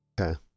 Okay